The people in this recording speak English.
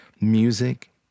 music